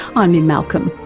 i'm lynne malcolm.